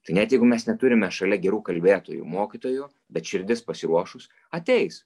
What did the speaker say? tai net jeigu mes neturime šalia gerų kalbėtojų mokytojų bet širdis pasiruošus ateis